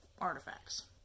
artifacts